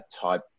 type